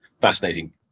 fascinating